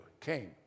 came